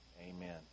amen